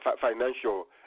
financial